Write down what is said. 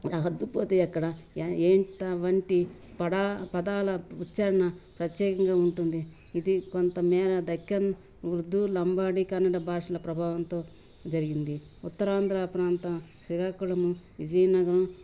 ఆ హద్దుపోతే ఎక్కడ ఎంత వంటి పడా పదాల ఉచ్చారణ ప్రత్యేకంగా ఉంటుంది ఇది కొంతమేర దక్కన్ ఉర్దూ లంబాడి కన్నడ భాషల ప్రభావంతో జరిగింది ఉత్తరా ఆంధ్ర ప్రాంతం శ్రీకాకుళము విజయనగరం